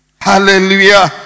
Hallelujah